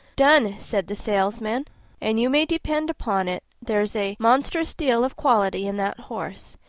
done, said the salesman and you may depend upon it there's a monstrous deal of quality in that horse,